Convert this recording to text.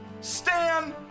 Stan